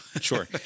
Sure